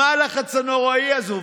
מה הלחץ הנוראי הזה?